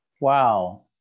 wow